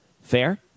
Fair